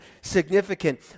significant